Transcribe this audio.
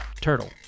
Turtle